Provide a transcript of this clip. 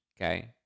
Okay